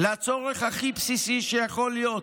בצורך הכי בסיסי שיכול להיות,